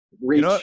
reach